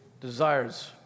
desires